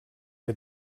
que